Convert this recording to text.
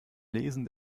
lesen